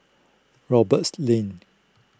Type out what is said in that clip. Roberts Lane